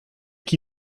qui